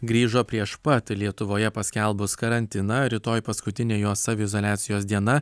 grįžo prieš pat lietuvoje paskelbus karantiną rytoj paskutinė jo saviizoliacijos diena